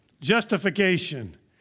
justification